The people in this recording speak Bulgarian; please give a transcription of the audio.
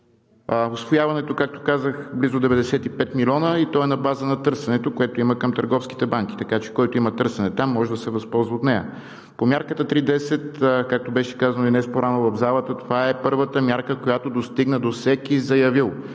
Усвояването, както казах, близо 95 милиона и то е на база на търсенето, което има към търговските банки, така че който има търсене, там може да се възползва от нея. По мярката 3/10, както беше казано и днес по-рано в залата, това е първата мярка, която достигна до всеки заявил.